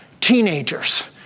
Teenagers